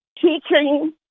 teaching